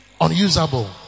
Unusable